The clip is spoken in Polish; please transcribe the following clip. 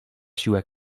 siłę